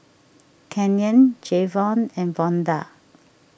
Canyon Jayvon and Vonda